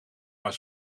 maar